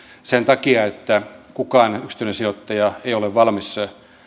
sen takia että kukaan yksityinen sijoittaja ei ole valmis